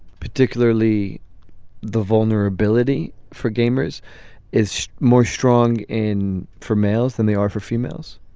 particularly the vulnerability for gamers is more strong in females than they are for females.